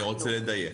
אני רוצה לדייק.